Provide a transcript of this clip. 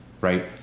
right